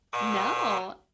no